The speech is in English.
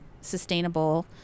sustainable